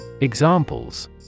Examples